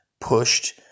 pushed